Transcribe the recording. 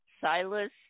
Silas